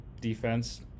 defense